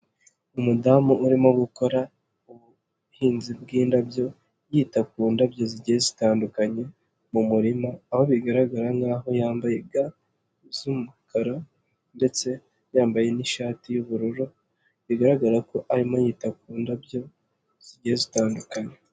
Umudamu urimo gukora ubuhinzi bw'indabyo, yita ku ndabyo zigiye zitandukanye mu murima, aho bigaragara nkaho yambaye ga z'umukara ndetse yambaye n'ishati y'ubururu bigaragara ko arimo yita ku ndabyo zigiye zitandukanyekana.